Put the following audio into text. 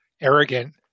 arrogant